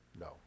No